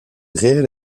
réelle